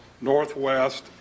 Northwest